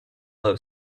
low